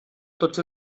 tots